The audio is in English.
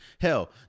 Hell